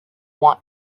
want